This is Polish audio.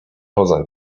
poza